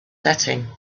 setting